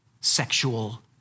sexual